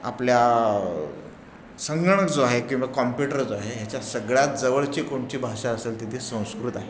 आपल्या संगणक जो आहे किंवा कॉम्प्युटर जो आहे ह्याच्या सगळ्यात जवळची कोणती भाषा असेल तर ती संस्कृत आहे